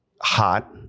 hot